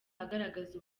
agaragaza